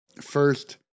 First